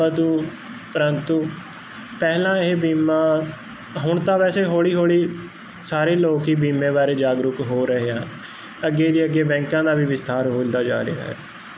ਪਤੂ ਪ੍ਰੰਤੂ ਪਹਿਲਾਂ ਇਹ ਬੀਮਾ ਹੁਣ ਤਾਂ ਵੈਸੇ ਹੌਲੀ ਹੌਲੀ ਸਾਰੇ ਲੋਕ ਹੀ ਬੀਮੇ ਬਾਰੇ ਜਾਗਰੂਕ ਹੋ ਰਹੇ ਹਨ ਅੱਗੇ ਤੇ ਅੱਗੇ ਬੈਂਕਾਂ ਦਾ ਵੀ ਵਿਸਥਾਰ ਹੁੰਦਾ ਜਾ ਰਿਹਾ ਹੈ